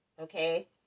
okay